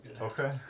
Okay